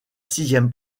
sixième